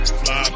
fly